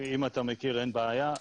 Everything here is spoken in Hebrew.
אם אתה מכיר, אין בעיה.